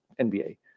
NBA